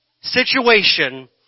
situation